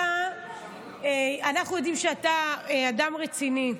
אנחנו יודעים שאתה אדם רציני,